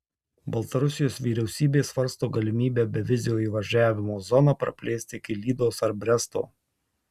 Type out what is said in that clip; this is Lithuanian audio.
baltarusijos vyriausybė svarsto galimybę bevizio įvažiavimo zoną praplėsti iki lydos ar bresto